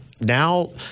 now